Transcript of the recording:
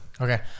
Okay